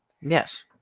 Yes